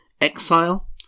exile